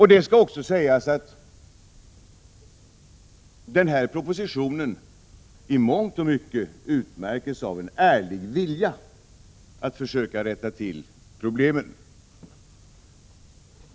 Det skall också sägas att den här propositionen i mångt och mycket utmärks av en ärlig vilja att försöka rätta till problemen.